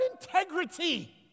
integrity